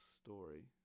story